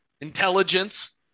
intelligence